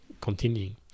continuing